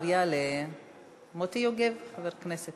שלוש דקות.